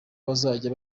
bazajya